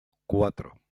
cuatro